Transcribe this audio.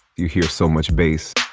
you hear so much bass